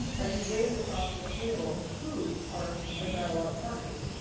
as we gaze across the table, who are our dialogue partners?